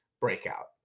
breakout